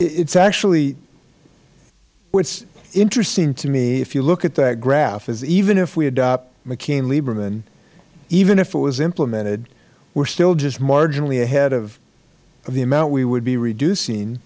is actually what is interesting to me if you look at that graph is even if we adopt mccain lieberman even if it was implemented we are still just marginally ahead of the amount we would be reducing